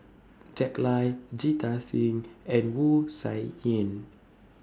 Jack Lai Jita Singh and Wu Tsai Yen